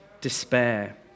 despair